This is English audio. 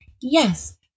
yes